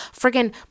friggin